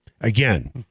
Again